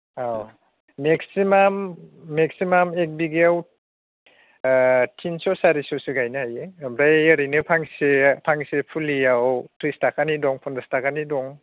औ maximum maximum एक बिगायाव ओ तिनस' सारिस'सो गायनो हायो ओमफ्राय ओरैनो फांसे फांसे फुलियाव थ्रिस थाखानि दं फन्सास थाखानि दं